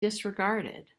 disregarded